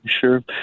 Sure